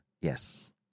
Yes